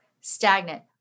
stagnant